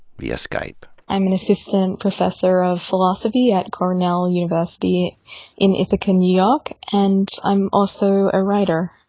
via skype. i'm an assistant professor of philosophy at cornell university in ithaca, new york, and i'm also a writer.